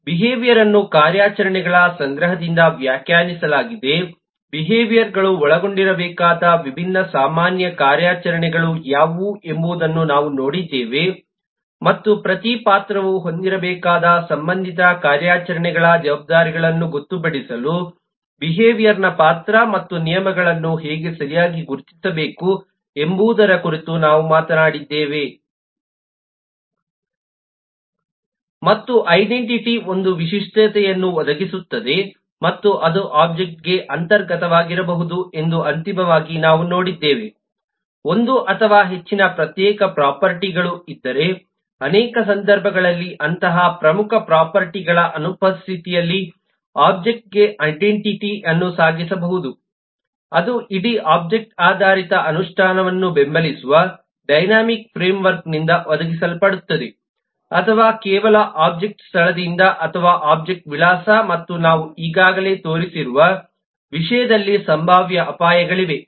ಬಿಹೇವಿಯರ್ಯನ್ನು ಕಾರ್ಯಾಚರಣೆಗಳ ಸಂಗ್ರಹದಿಂದ ವ್ಯಾಖ್ಯಾನಿಸಲಾಗಿದೆ ಬಿಹೇವಿಯರ್ಗಳು ಒಳಗೊಂಡಿರಬೇಕಾದ ವಿಭಿನ್ನ ಸಾಮಾನ್ಯ ಕಾರ್ಯಾಚರಣೆಗಳು ಯಾವುವು ಎಂಬುದನ್ನು ನಾವು ನೋಡಿದ್ದೇವೆ ಮತ್ತು ಪ್ರತಿ ಪಾತ್ರವು ಹೊಂದಿರಬೇಕಾದ ಸಂಬಂಧಿತ ಕಾರ್ಯಾಚರಣೆಗಳ ಜವಾಬ್ದಾರಿಗಳನ್ನು ಗೊತ್ತುಪಡಿಸಲು ಬಿಹೇವಿಯರ್ ನ ಪಾತ್ರ ಮತ್ತು ನಿಯಮಗಳನ್ನು ಹೇಗೆ ಸರಿಯಾಗಿ ಗುರುತಿಸಬೇಕು ಎಂಬುದರ ಕುರಿತು ನಾವು ಮಾತನಾಡಿದ್ದೇವೆ ಮತ್ತು ಐಡೆಂಟಿಟಿ ಒಂದು ವಿಶಿಷ್ಟತೆಯನ್ನು ಒದಗಿಸುತ್ತದೆ ಮತ್ತು ಅದು ಒಬ್ಜೆಕ್ಟ್ಗೆ ಅಂತರ್ಗತವಾಗಿರಬಹುದು ಎಂದು ಅಂತಿಮವಾಗಿ ನಾವು ನೋಡಿದ್ದೇವೆ ಒಂದು ಅಥವಾ ಹೆಚ್ಚಿನ ಪ್ರತ್ಯೇಕ ಪ್ರೊಫರ್ಟಿಗಳು ಇದ್ದರೆ ಅನೇಕ ಸಂದರ್ಭಗಳಲ್ಲಿ ಅಂತಹ ಪ್ರಮುಖ ಪ್ರೊಫರ್ಟಿಗಳ ಅನುಪಸ್ಥಿತಿಯಲ್ಲಿ ಒಬ್ಜೆಕ್ಟ್ಗೆ ಐಡೆಂಟಿಟಿ ಯನ್ನು ಸಾಗಿಸಬೇಕಾಗಬಹುದು ಅದು ಇಡೀ ಒಬ್ಜೆಕ್ಟ್ ಆಧಾರಿತ ಅನುಷ್ಠಾನವನ್ನು ಬೆಂಬಲಿಸುವ ಡೈನಾಮಿಕ್ ಫ್ರೇಮ್ವರ್ಕ್ನಿಂದ ಒದಗಿಸಲ್ಪಡುತ್ತದೆ ಅಥವಾ ಕೇವಲ ಒಬ್ಜೆಕ್ಟ್ನ ಸ್ಥಳದಿಂದ ಅಥವಾ ಒಬ್ಜೆಕ್ಟ್ನ ವಿಳಾಸ ಮತ್ತು ನಾವು ಈಗಾಗಲೇ ತೋರಿಸಿರುವ ವಿಷಯದಲ್ಲಿ ಸಂಭಾವ್ಯ ಅಪಾಯಗಳಿವೆ